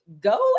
go